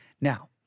Now